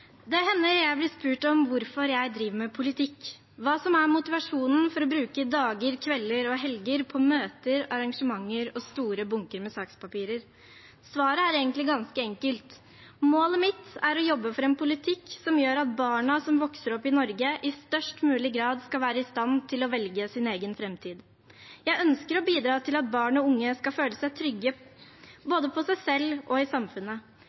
Det hender jeg blir spurt om hvorfor jeg driver med politikk – hva som er motivasjonen for å bruke dager, kvelder og helger på møter, arrangementer og store bunker med sakspapirer. Svaret er egentlig ganske enkelt: Målet mitt er å jobbe for en politikk som gjør at barna som vokser opp i Norge, i størst mulig grad skal være i stand til å velge sin egen fremtid. Jeg ønsker å bidra til at barn og unge skal føle seg trygge, både på seg selv og i samfunnet.